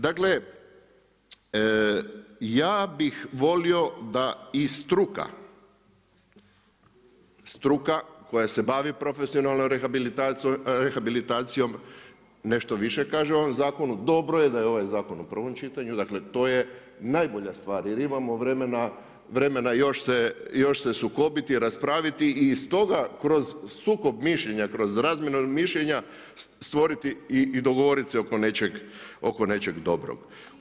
Dakle, ja bih volio da i struka, struka koja se bavi profesionalnom rehabilitacijom, nešto više kaže o ovom zakonu, dobro je da je ovaj zakon u provom čitanju, dakle, to je najbolja stvar, jer imamo vremena još se sukobiti, raspraviti i iz toga kroz sukob mišljenja, kroz … stvoriti i dogovoriti se oko nečeg dobrog.